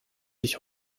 sich